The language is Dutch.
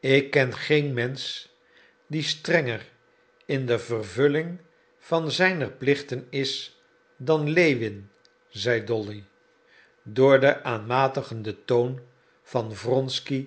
ik ken geen mensch die strenger in de vervulling van zijne plichten is dan lewin zei dolly door den aanmatigenden toon van wronsky